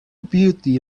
beauty